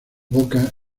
boca